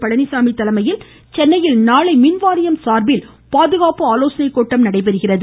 பழனிசாமி தலைமையில் சென்னையில் நாளை மின்வாரியம் சார்பில் பாதுகாப்பு ஆலோசனைக் கூட்டம் நடைபெறுகிறது